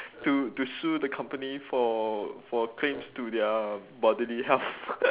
to to sue the company for for claims to their bodily health